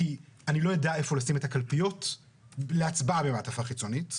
כי אני לא אדע איפה לשים את הקלפיות להצבעה במעטפה חיצונית.